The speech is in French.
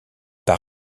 par